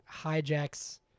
hijacks